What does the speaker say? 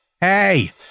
Hey